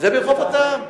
זה מחובתם.